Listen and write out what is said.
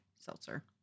seltzer